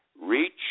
reach